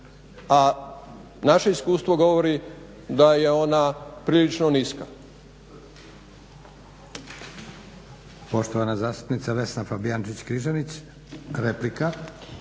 A naše iskustvo govori da je ona prilično niska.